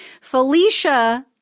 Felicia